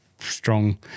strong